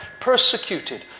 persecuted